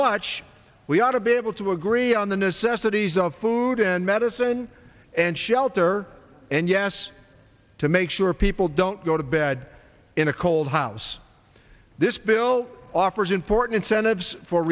much we ought to be able to agree on the necessities of food and medicine and shelter and yes to make sure people don't go to bed in a cold house this bill offers important senate for